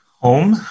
Home